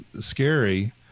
scary